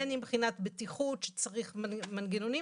בין אם מבחינת בטיחות, שצריך מנגנונים.